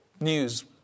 news